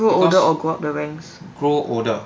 because grow older